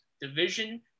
division